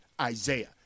Isaiah